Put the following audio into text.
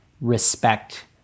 respect